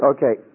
Okay